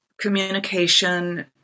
communication